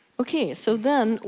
ok, so then,